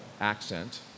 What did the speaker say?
accent